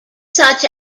such